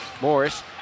Morris